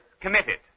committed